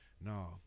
No